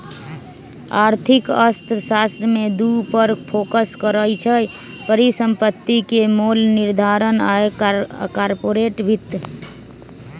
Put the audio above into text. आर्थिक अर्थशास्त्र में दू पर फोकस करइ छै, परिसंपत्ति के मोल निर्धारण आऽ कारपोरेट वित्त